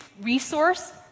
resource